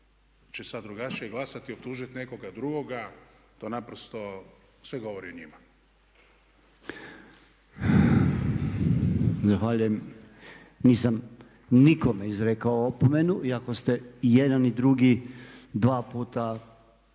će sad drugačije glasati i optužiti nekoga drugoga to naprosto sve govori o njima. **Podolnjak, Robert (MOST)** Zahvaljujem. Nisam nikome izrekao opomenuo, iako ste i jedan i drugi dva puta